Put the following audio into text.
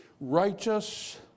righteous